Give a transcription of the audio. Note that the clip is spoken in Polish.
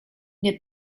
nie